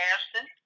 Ashton